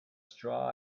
straw